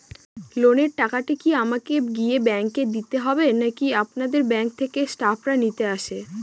লোনের টাকাটি কি আমাকে গিয়ে ব্যাংক এ দিতে হবে নাকি আপনাদের ব্যাংক এর স্টাফরা নিতে আসে?